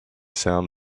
sound